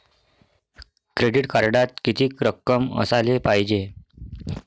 Credit कार्डात कितीक रक्कम असाले पायजे?